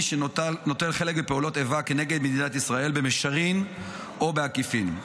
שנוטל חלק בפעולות איבה נגד מדינת ישראל במישרין או בעקיפין.